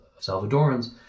Salvadorans